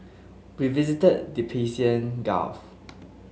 we visited the Persian Gulf